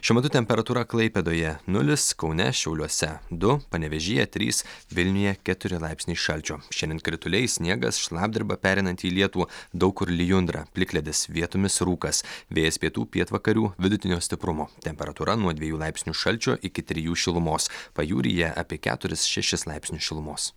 šiuo metu temperatūra klaipėdoje nulis kaune šiauliuose du panevėžyje trys vilniuje keturi laipsniai šalčio šiandien krituliai sniegas šlapdriba pereinanti į lietų daug kur lijundra plikledis vietomis rūkas vėjas pietų pietvakarių vidutinio stiprumo temperatūra nuo dviejų laipsnių šalčio iki trijų šilumos pajūryje apie keturis šešis laipsnius šilumos